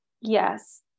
Yes